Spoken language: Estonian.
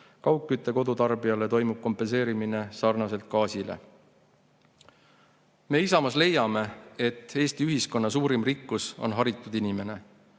Kaugkütte kodutarbijale toimub kompenseerimine sarnaselt gaasiga.Me Isamaas leiame, et Eesti ühiskonna suurim rikkus on haritud inimene.